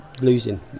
losing